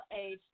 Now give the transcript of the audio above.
age